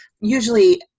usually